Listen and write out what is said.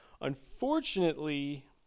Unfortunately